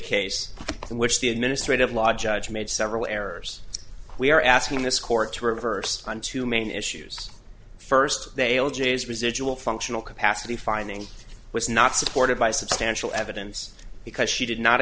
in which the administrative law judge made several errors we are asking this court to reverse on two main issues first they all j's residual functional capacity finding was not supported by substantial evidence because she did not